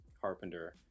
carpenter